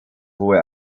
hohe